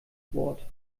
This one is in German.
wort